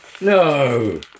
no